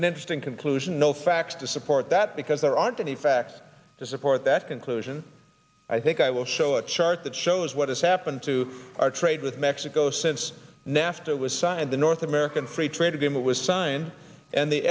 an interesting conclusion no facts to support that because there aren't any facts to support that conclusion i think i will show a chart that shows what has happened to our trade with mexico since nafta was signed the north american free trade agreement was signed and the